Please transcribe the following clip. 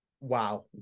Wow